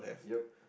yup